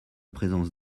présence